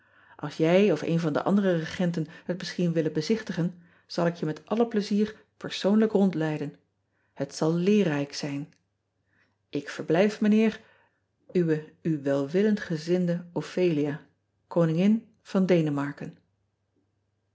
ls jij of een van de andere regenten het misschien willen bezichtigen zal ik je met alle plezier persoonlijk rondleiden et zal leerrijk zijn k verblijf ijnheer we welwillend gezinde phelia oningin van enemarken